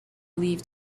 leave